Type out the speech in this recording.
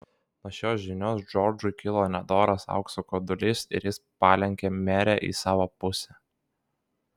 nuo šios žinios džordžui kilo nedoras aukso godulys ir jis palenkė merę į savo pusę